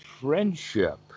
friendship